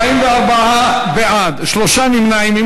44 בעד, שלושה נמנעים.